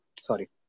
Sorry